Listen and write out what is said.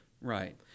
Right